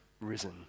risen